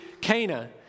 Cana